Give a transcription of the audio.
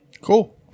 Cool